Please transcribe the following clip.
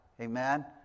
amen